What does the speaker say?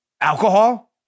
alcohol